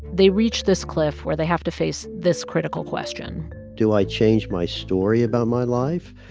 they reach this cliff where they have to face this critical question do i change my story about my life,